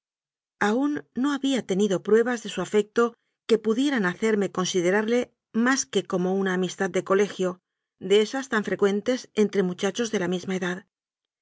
aún no había tenido pruebas de su afecto que pudieran hacerme considerarle más que como una amistad de colegio de esas tan frecuentes en tre muchachos de la misma edad